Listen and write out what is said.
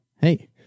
hey